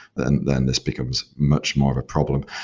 then then this becomes much more of a problem.